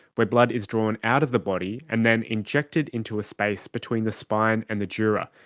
where blood is drawn out of the body and then injected into a space between the spine and the dura,